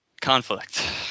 conflict